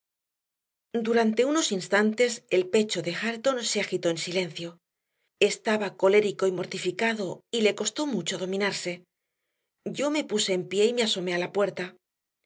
durante unos instantes el pecho de hareton se agitó en silencio estaba colérico y mortificado y le costó mucho dominarse yo me puse en pie y me asomé a la puerta